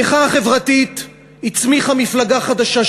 המחאה החברתית הצמיחה מפלגה חדשה,